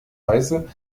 weise